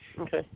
Okay